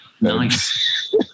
nice